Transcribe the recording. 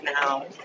now